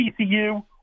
TCU